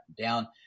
down